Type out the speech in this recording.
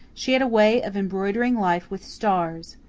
she had a way of embroidering life with stars.